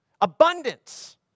Abundance